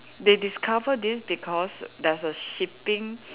they discover this because there's a shipping